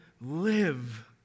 live